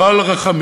לא על רחמים.